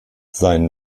sein